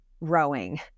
rowing